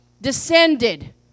descended